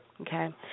Okay